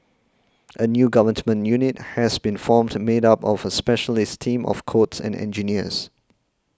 a new Government unit has been formed made up of a specialist team of codes and engineers